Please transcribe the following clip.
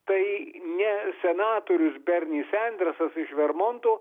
tai ne senatorius berni sendersas iš vermonto